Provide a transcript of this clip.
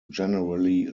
generally